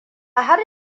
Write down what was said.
har